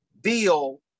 bill